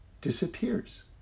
disappears